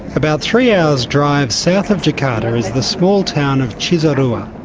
about three hours drive south of jakarta is the small town of cisarua.